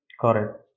Correct